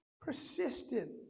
Persistent